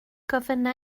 gofynna